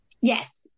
Yes